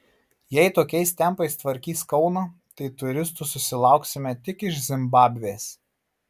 jei tokiais tempais tvarkys kauną tai turistų susilauksime tik iš zimbabvės